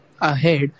ahead